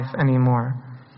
anymore